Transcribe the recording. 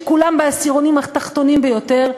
שכולם בעשירונים התחתונים ביותר,